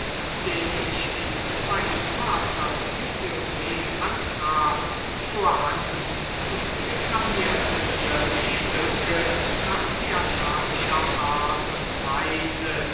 den ich in meines vaters bibliothek antraf zur hand und deklamierte mir die stücke nach theatralischer art und weise